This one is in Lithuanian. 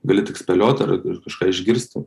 gali tik spėliot ar kažką išgirsti